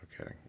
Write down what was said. Okay